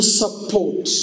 support